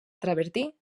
travertí